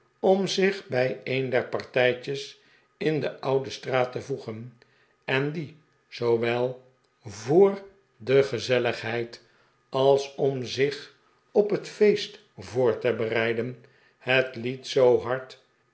om zich bij een der partijtjes in de oude straat te voegen en die zoowel voor de gezelligheid als om de verschrikte doodgraver zich op het feest voor te bereiden het lied zoo hard